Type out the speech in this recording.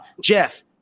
Jeff